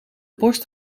borst